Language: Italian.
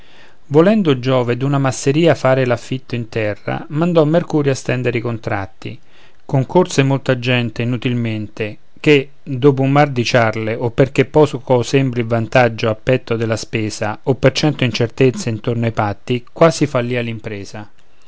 volendo giove d'una masseria fare l'affitto in terra mandò mercurio a stendere i contratti concorse molta gente inutilmente ché dopo un mar di ciarle o perché poco sembri il vantaggio a petto della spesa o per cento incertezze intorno ai patti quasi fallìa l'impresa un